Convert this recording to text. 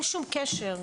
אין שום קשר.